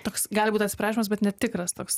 toks gali būt atsiprašymas bet netikras toks